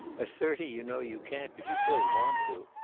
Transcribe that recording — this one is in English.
at thirty you know you can't, but you still want to.